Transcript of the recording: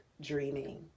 dreaming